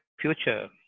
future